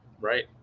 Right